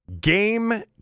Game